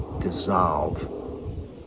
dissolve